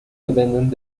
dependen